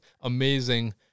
amazing